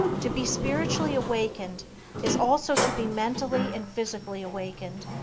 to be spiritually awakened is also to be mentally and physically awakened.